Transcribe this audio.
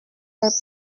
per